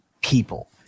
people